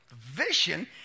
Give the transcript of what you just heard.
vision